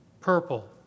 purple